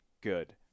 good